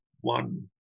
one